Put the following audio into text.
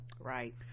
right